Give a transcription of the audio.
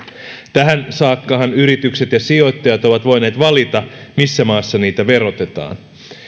tähän saakkahan yritykset ja sijoittajat ovat voineet valita missä maassa niitä verotetaan